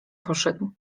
poszedł